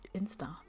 Insta